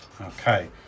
Okay